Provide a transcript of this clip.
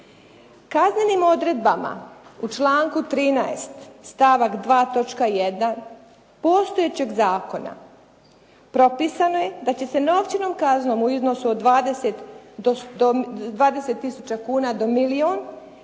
kaznenim odredbama u članku 13. stavak 2. točka 1. postojećeg zakona propisano je da će se novčanom kaznom u iznosu od 20 tisuća kuna do milijun za